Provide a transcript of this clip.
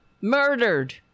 murdered